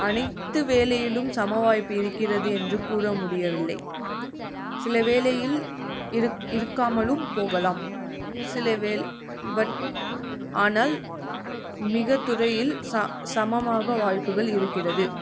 அனைத்து வேலையிலும் சமவாய்ப்பு இருக்கிறது என்று கூற முடியவில்லை சில வேலையில் இருக்காமலும் போகலாம் சில வேலை பட் ஆனால் மிக துறையில் சமமாக வாய்ப்புகள் இருக்கிறது